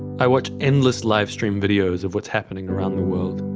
i watch endless live-stream videos of what's happening around the world.